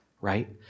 right